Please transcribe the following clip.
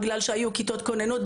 בגלל שהיו כיתות כוננות,